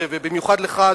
ובמיוחד לך,